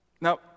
Now